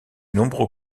nombreux